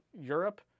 Europe